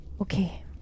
Okay